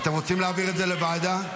תפסיקו להיות אופוזיציה למדינה.